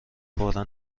فورا